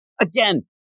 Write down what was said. again